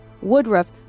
Woodruff